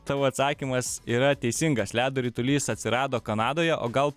tavo atsakymas yra teisingas ledo ritulys atsirado kanadoje o gal